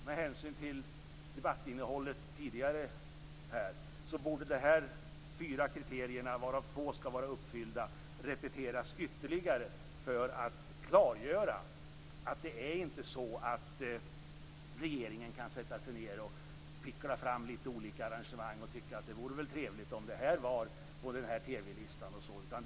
Med hänsyn till debattinnehållet tidigare borde dessa fyra kriterier, varav två skall vara uppfyllda, repeteras ytterligare för att klargöra att regeringen inte kan sätta sig ned och välja ut lite olika arrangemang och säga: Det vore väl trevligt om det var på TV-listan.